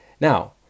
Now